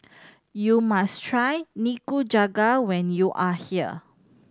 you must try Nikujaga when you are here